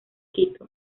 quito